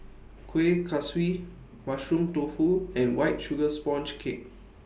Kueh Kaswi Mushroom Tofu and White Sugar Sponge Cake